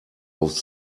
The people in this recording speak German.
auf